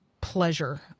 pleasure